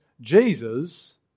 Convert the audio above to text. Jesus